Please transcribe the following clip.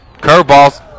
Curveball's